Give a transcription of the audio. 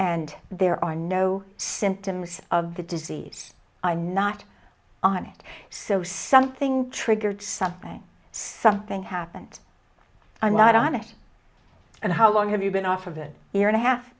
and there are no symptoms of the disease i'm not on it so something triggered something something happened i'm not on it and how long have you been off of it you're in a half